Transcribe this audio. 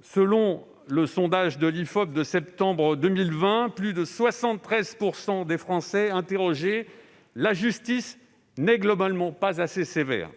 Selon le sondage de l'IFOP de septembre 2020, plus de 73 % des Français interrogés estiment que la justice n'est globalement pas assez sévère.